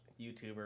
YouTuber